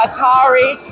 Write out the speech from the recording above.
Atari